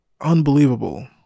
unbelievable